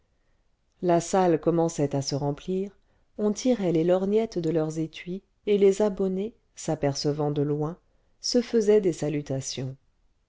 la salle commençait à se remplir on tirait les lorgnettes de leurs étuis et les abonnés s'apercevant de loin se faisaient des salutations